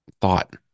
thought